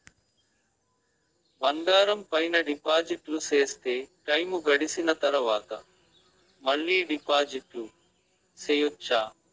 బంగారం పైన డిపాజిట్లు సేస్తే, టైము గడిసిన తరవాత, మళ్ళీ డిపాజిట్లు సెయొచ్చా?